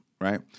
right